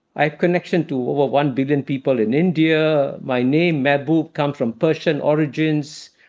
i have connection to over one billion people in india. my name, mahbub, comes from persian origins.